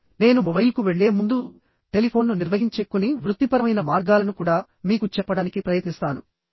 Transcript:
ఆపై నేను మొబైల్కు వెళ్లే ముందు టెలిఫోన్ను నిర్వహించే కొన్ని వృత్తిపరమైన మార్గాలను కూడా మీకు చెప్పడానికి ప్రయత్నిస్తాను